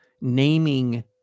naming